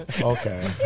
okay